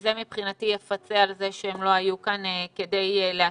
וזה מבחינתי יפצה על זה שהם לא היו כאן כדי להשיב.